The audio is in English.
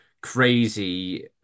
crazy